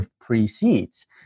precedes